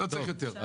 לא צריך יותר.